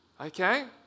okay